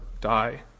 die